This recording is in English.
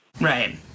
Right